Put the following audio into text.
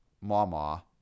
Mama